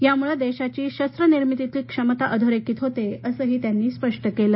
यामुळ देशाची शस्त्रनिर्मितीतील क्षमता अधोरेखित होते असही त्यांनी स्पष्ट केलं